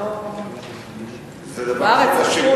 בחוץ-לארץ?